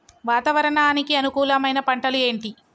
వాతావరణానికి అనుకూలమైన పంటలు ఏంటి?